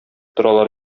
торалар